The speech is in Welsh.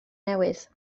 newydd